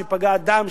שייפגע הדם,